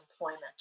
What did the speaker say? employment